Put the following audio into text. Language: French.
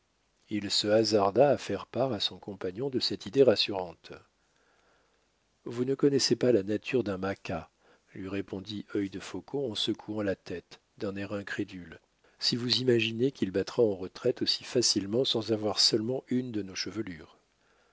il se hasarda à faire part à son compagnon de cette idée rassurante vous ne connaissez pas la nature d'un maqua lui répondit œil de faucon en secouant la tête d'un air incrédule si vous vous imaginez qu'il battra en retraite aussi facilement sans avoir seulement une de nos chevelures